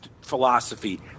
philosophy –